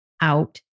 out